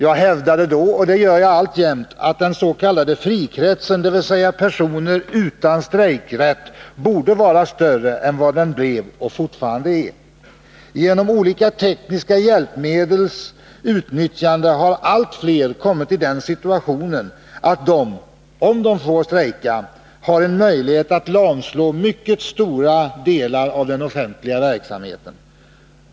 Jag hävdade då — och det gör jag alltjämt — att den s.k. frikretsen, dvs. personer utan strejkrätt, borde vara större än vad den blev och fortfarande är. Genom olika tekniska hjälpmedels utnyttjande har allt flera kommit i den situationen att de — om de får strejka — har en möjlighet att lamslå mycket stora delar av den offentliga verksamheten.